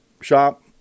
Shop